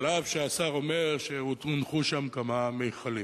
אף שהשר אומר שהונחו שם כמה מכלים.